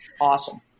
Awesome